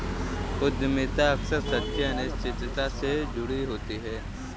उद्यमिता अक्सर सच्ची अनिश्चितता से जुड़ी होती है